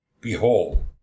Behold